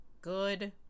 good